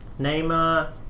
Neymar